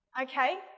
okay